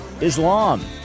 Islam